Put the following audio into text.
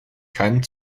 keinen